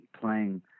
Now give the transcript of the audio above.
playing